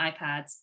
iPads